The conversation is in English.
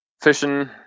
fishing